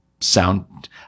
sound